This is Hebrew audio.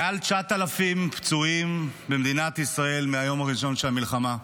מעל 9,000 פצועים במדינת ישראל מהיום הראשון של המלחמה,